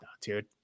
dude